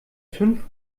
fünf